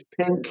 pink